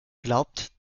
glaubt